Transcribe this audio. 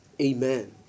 Amen